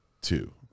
two